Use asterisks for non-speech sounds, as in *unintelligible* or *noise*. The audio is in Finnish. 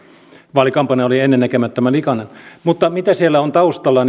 vaalikampanja oli ennennäkemättömän likainen mutta mitä siellä on taustalla *unintelligible*